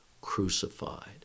crucified